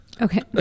Okay